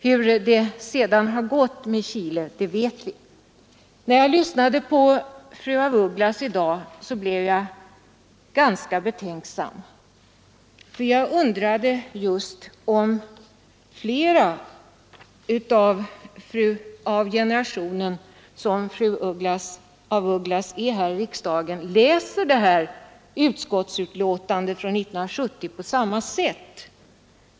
Hur det sedan har gått med Chile vet vi. När jag lyssnade till fru af Ugglas i dag blev jag ganska betänksam. Jag undrade just om flera i den generation som fru af Ugglas tillhör i riksdagen läser det här utskottsutlåtandet från år 1970 på samma sätt som hon.